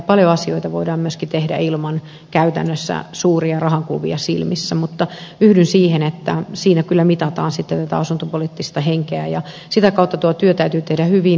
paljon asioita voidaan myöskin tehdä käytännössä ilman suuria rahankuvia silmissä mutta yhdyn siihen että siinä kyllä mitataan sitten tätä asuntopoliittista henkeä ja sitä kautta tuo työ täytyy tehdä hyvin